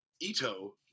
Ito